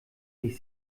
ich